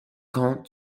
camp